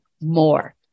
more